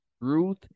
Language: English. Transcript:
Ruth